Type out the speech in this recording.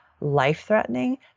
life-threatening